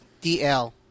DL